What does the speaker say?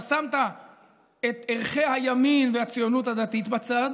אתה שמת את ערכי הימין והציונות הדתית בצד,